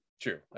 true